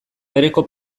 bereko